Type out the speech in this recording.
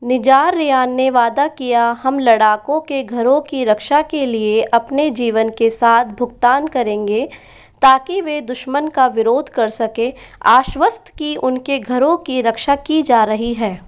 Nizar Rayan ने वादा किया हम लड़ाकों के घरों की रक्षा के लिए अपने जीवन के साथ भुगतान करेंगे ताकि वे दुश्मन का विरोध कर सकें आश्वस्त कि उनके घरों की रक्षा की जा रही है